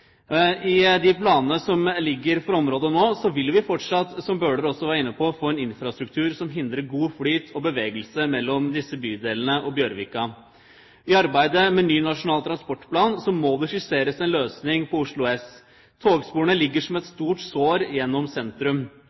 I de planene som ligger for området nå, vil vi fortsatt – som Bøhler også var inne på – få en infrastruktur som hindrer god flyt og bevegelse mellom disse bydelene og Bjørvika. I arbeidet med ny Nasjonal transportplan må det skisseres en løsning på Oslo S. Togsporene ligger som et stort sår gjennom sentrum.